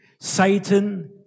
Satan